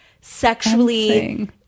sexually